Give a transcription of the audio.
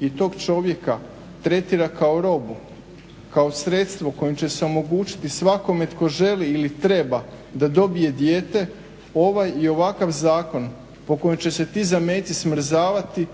i tog čovjeka tretira kao robu, kao sredstvo kojim će se omogućiti svakome tko želi ili treba da dobije dijete ovaj i ovakav zakon po kojem će se ti zameci smrzavati,